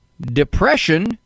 depression